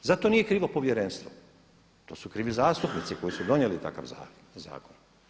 Zato nije krivo povjerenstvo, to su krivi zastupnici koji su donijeli takav zakon.